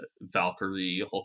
Valkyrie